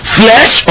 flesh